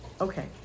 okay